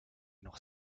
noch